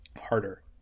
harder